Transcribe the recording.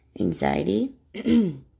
anxiety